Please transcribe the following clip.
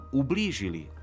ublížili